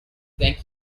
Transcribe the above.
thank